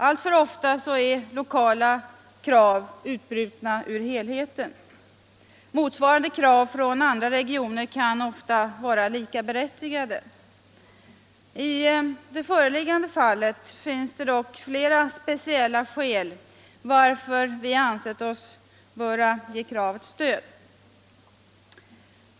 Alltför ofta är lokala krav utbrutna ur helheten. Motsvarande krav från andra regioner kan ofta vara lika berättigade. I det föreliggande fallet finns dock flera speciella skäl till att vi ansett oss böra ge kraven stöd.